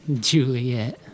Juliet